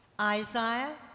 Isaiah